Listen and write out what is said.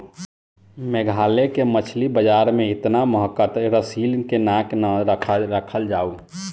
मेघालय के मछली बाजार में एतना महकत रलीसन की नाक ना राखल जाओ